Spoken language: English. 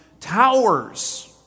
towers